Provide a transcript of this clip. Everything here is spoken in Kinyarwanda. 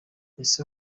ese